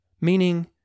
meaning